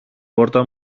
πόρτα